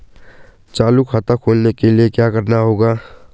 चालू खाता खोलने के लिए क्या करना होगा?